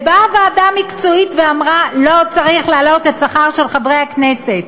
באה הוועדה המקצועית ואמרה: לא צריך להעלות את השכר של חברי הכנסת.